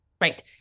Right